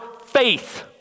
faith